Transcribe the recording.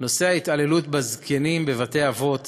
נושא ההתעללות בזקנים בבתי-אבות